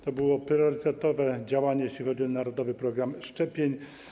To było priorytetowe działanie, jeżeli chodzi o narodowy program szczepień.